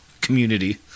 community